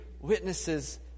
witnesses